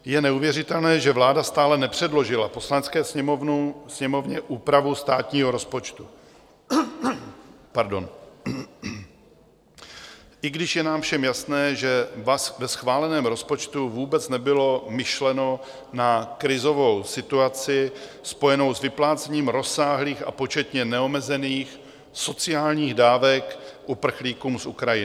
Je neuvěřitelné, že vláda stále nepředložila Poslanecké sněmovně úpravu státního rozpočtu, i když je nám všem jasné, že ve schváleném rozpočtu vůbec nebylo myšleno na krizovou situaci spojenou s vyplácením rozsáhlých a početně neomezených sociálních dávek uprchlíkům z Ukrajiny.